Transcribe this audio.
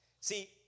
See